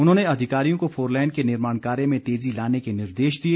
उन्होंने अधिकारियों को फोरलेन के निर्माण कार्य में तेजी लाने के निर्देश दिए